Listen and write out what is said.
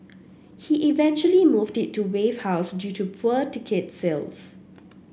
he eventually moved it to Wave House due to poor ticket sales